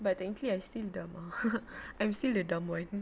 but thankfully I still dumb ah I'm still the dumb [one]